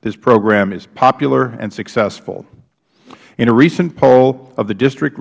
this program is popular and successful in a recent poll of the district